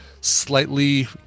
slightly